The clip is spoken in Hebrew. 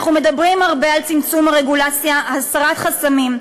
אנחנו מדברים הרבה על צמצום הרגולציה, הסרת חסמים.